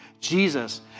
Jesus